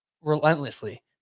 relentlessly